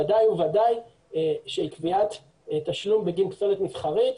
ודאי וודאי שגביית תשלום בגין פסולת מסחרית,